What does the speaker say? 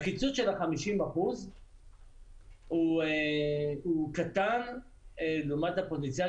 הקיצוץ של ה-50% הוא קטן לעומת הפוטנציאל